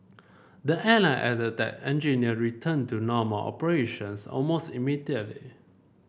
the airline added that engineer returned to normal operations almost immediately